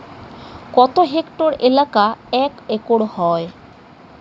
কত হেক্টর এলাকা এক একর হয়?